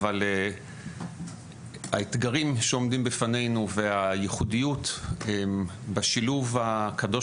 אבל האתגרים שעומדים בפנינו והייחודיות בשילוב הקדוש,